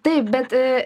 taip bet